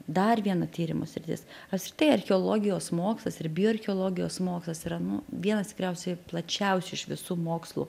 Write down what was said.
dar viena tyrimų sritis apskritai archeologijos mokslas ir bioarcheologijos mokslas yra nu vienas tikriausiai plačiausių iš visų mokslų